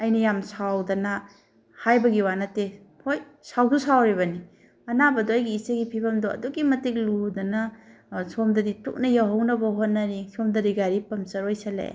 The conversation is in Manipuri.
ꯑꯩꯅ ꯌꯥꯝ ꯁꯥꯎꯗꯅ ꯍꯥꯏꯕꯒꯤ ꯋꯥ ꯅꯠꯇꯦ ꯍꯣꯏ ꯁꯥꯎꯁꯨ ꯁꯥꯎꯔꯤꯕꯅꯤ ꯑꯅꯥꯕꯗꯣ ꯑꯩꯒꯤ ꯏꯆꯦꯒꯤ ꯐꯤꯕꯝꯗꯣ ꯑꯗꯨꯛꯀꯤ ꯃꯇꯤꯛ ꯂꯨꯗꯅ ꯁꯣꯝꯗꯗꯤ ꯊꯨꯅ ꯌꯧꯍꯧꯅꯕ ꯍꯣꯠꯅꯔꯤ ꯁꯣꯝꯗꯗꯤ ꯒꯥꯔꯤ ꯄꯪꯆꯔ ꯑꯣꯏꯁꯤꯜꯂꯛꯑꯦ